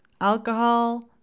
alcohol